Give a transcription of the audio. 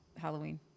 Halloween